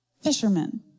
Fishermen